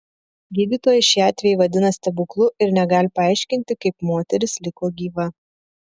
gydytojai šį atvejį vadina stebuklu ir negali paaiškinti kaip moteris liko gyva